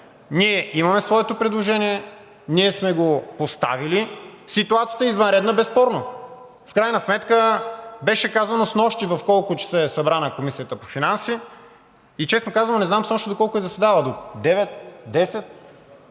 Ние имаме своето предложение, ние сме го поставили. Ситуацията е извънредна безспорно. В крайна сметка беше казано снощи в колко часа е събрана Комисията по финанси и честно казано, не знам снощи доколко е заседавала – до 9,00